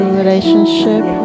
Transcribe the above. relationship